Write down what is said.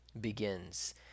begins